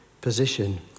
position